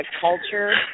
culture